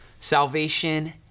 salvation